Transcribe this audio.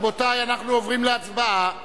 רבותי, אנחנו עוברים להצבעה.